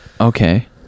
Okay